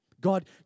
God